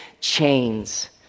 chains